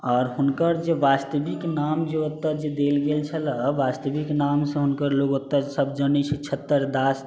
आओर हुनकर जे वास्तविक नाम जे ओतऽ जे देल गेल छलै वास्तविक नामसँ हुनकर लोक ओतऽ सब जानै छै छत्तर दासजी